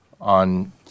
on